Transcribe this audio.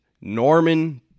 Norman